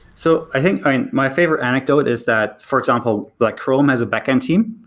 so i think i'm my favorite anecdote is that, for example, like chrome has a backend team,